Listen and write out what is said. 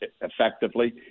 effectively